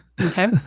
Okay